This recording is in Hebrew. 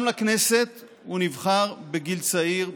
גם לכנסת הוא נבחר בגיל צעיר,